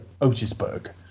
Otisburg